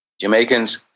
Jamaicans